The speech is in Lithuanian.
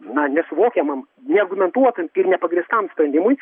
na nesuvokiamam neargumentuotam ir nepagrįstam sprendimui